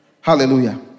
Hallelujah